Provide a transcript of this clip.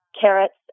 carrots